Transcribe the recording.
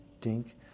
dink